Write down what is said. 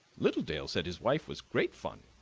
littledale said his wife was great fun,